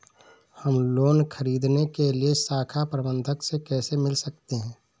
हम लोन ख़रीदने के लिए शाखा प्रबंधक से कैसे मिल सकते हैं?